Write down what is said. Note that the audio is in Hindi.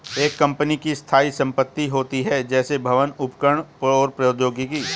एक कंपनी की स्थायी संपत्ति होती हैं, जैसे भवन, उपकरण और प्रौद्योगिकी